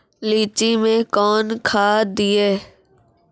लीची मैं कौन खाद दिए?